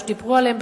שדיברו עליהם,